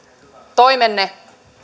toimenne